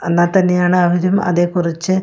എന്നാൽ തന്നെയാണ് അവരും അതേ കുറിച്ച്